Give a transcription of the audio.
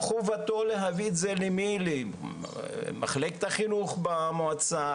חובתו להביא את זה למיילים של מחלקת החינוך במועצה,